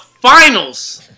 finals